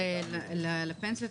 לפני שאנחנו נצלול לדיון,